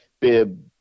Bib